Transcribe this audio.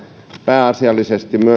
pääasiallisesti